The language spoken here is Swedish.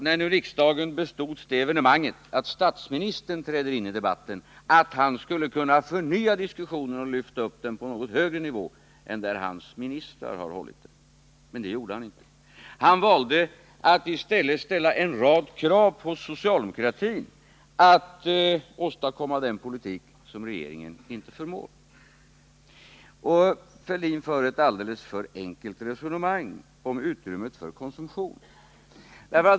När nu riksdagen bestods det evenemanget att statsministern trädde in i debatten, trodde jag i min enfald att han skulle kunna förnya diskussionen och föra upp den på en högre nivå än hans ministrar har lyckats göra. Men det gjorde han inte. I stället valde han att ställa en rad krav på socialdemokratin om att åstadkomma den politik som regeringen inte förmår. Thorbjörn Fälldin för ett alldeles för enkelt resonemang om utrymmet för konsumtion.